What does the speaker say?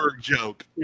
joke